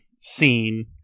scene